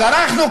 אז אנחנו,